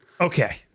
okay